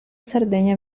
sardegna